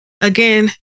again